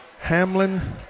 Hamlin